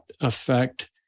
affect